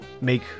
make